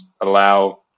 allow